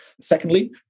Secondly